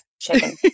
chicken